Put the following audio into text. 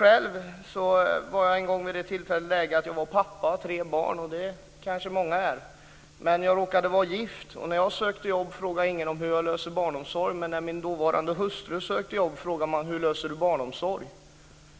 Jag var själv en gång i det läget att jag, liksom många andra, var pappa till tre barn. Jag råkade vara gift, och när jag sökte jobb frågade ingen hur jag klarade barnomsorgen. När min dåvarande hustru sökte jobb frågade man däremot hur hon klarade sin barnomsorg.